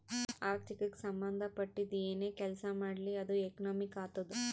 ಆರ್ಥಿಕಗ್ ಸಂಭಂದ ಪಟ್ಟಿದ್ದು ಏನೇ ಕೆಲಸಾ ಮಾಡ್ಲಿ ಅದು ಎಕನಾಮಿಕ್ ಆತ್ತುದ್